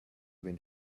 vegn